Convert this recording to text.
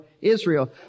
Israel